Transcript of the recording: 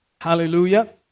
hallelujah